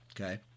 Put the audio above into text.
Okay